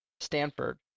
Stanford